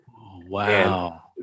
Wow